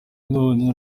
none